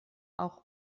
auch